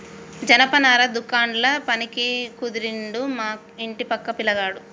జనపనార దుకాండ్ల పనికి కుదిరిండు మా ఇంటి పక్క పిలగాడు